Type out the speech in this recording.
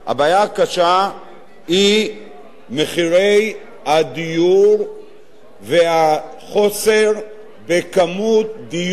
הבעיה הקשה היא מחירי הדיור והחוסר בכמות דיור